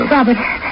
Robert